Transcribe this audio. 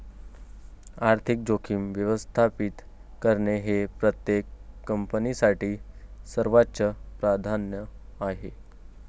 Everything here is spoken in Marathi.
आर्थिक जोखीम व्यवस्थापित करणे हे प्रत्येक कंपनीसाठी सर्वोच्च प्राधान्य आहे